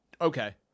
Okay